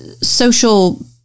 social